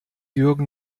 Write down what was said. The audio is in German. jürgen